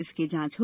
इसकी जांच हो